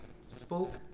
spoke